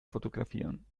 fotografieren